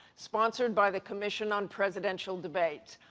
sponsored by the commission on presidential debates.